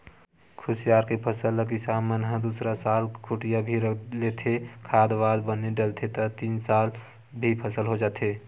कुसियार के फसल ल किसान मन ह दूसरा साल खूटिया भी रख लेथे, खाद वाद बने डलथे त तीन साल भी फसल हो जाथे